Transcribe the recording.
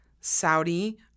Saudi